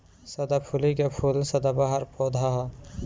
सदाफुली के फूल सदाबहार पौधा ह